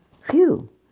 phew